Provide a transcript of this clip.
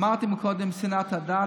אמרתי קודם שנאת הדת.